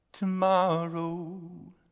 Tomorrow